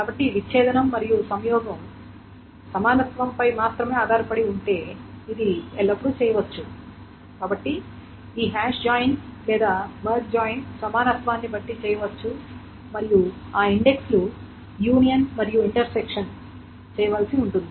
కాబట్టి విచ్ఛేదనం మరియు సంయోగం సమానత్వంపై మాత్రమే ఆధారపడి ఉంటే ఇది ఎల్లప్పుడూ చేయవచ్చు అప్పుడు ఈ హాష్ జాయిన్ లేదా మెర్జ్ జాయిన్ సమానత్వాన్ని బట్టి చేయవచ్చు మరియు ఆ ఇండెక్స్ లు యూనియన్ మరియు ఇంటర్సెక్షన్ చేయవలసి ఉంటుంది